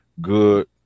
good